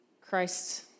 Christ